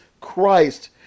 Christ